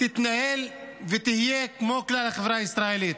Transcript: תתנהל ותהיה כמו כלל החברה הישראלית.